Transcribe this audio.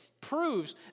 proves